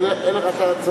אין לך כאן,